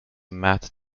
matt